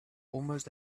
almost